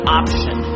option